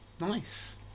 nice